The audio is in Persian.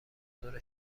ظهر